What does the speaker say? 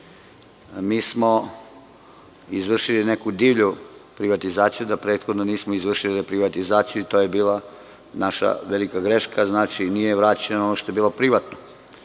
Mi smo izvršili neku divlju privatizaciju, da prethodno nismo izvršili reprivatizaciju i to je bila naša velika greška. Znači, nije vraćeno ono što je bilo privatno,